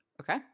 Okay